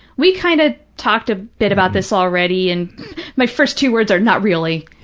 we kind of talked a bit about this already, and my first two words are, not really.